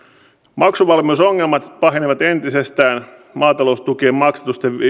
maksuvalmiusongelmat pahenivat entisestään maataloustukien maksatusten